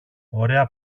ωραία